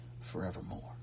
forevermore